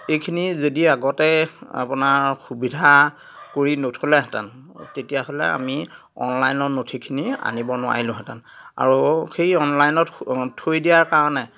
এইখিনি যদি আগতে আপোনাৰ সুবিধা কৰি নথলেহেঁতেন তেতিয়াহ'লে আমি অনলাইনৰ নথিখিনি আনিব নোৱাৰিলোহেঁতেন আৰু সেই অনলাইনত থৈ দিয়াৰ কাৰণে